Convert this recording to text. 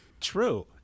True